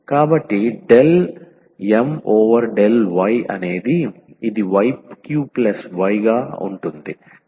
కాబట్టి del M over del y ఇది y3 y